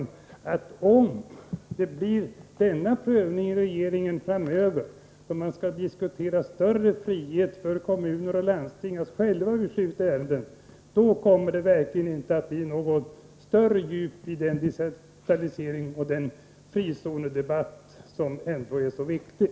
Om det blir den här typen av prövning i regeringen framöver när man skall diskutera större frihet för kommuner och landsting att själva besluta i olika ärenden, då kommer det verkligen inte att bli något större djup i den decentraliseringsoch frizonsdebatt som ändå är så viktig.